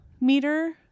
meter